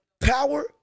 Power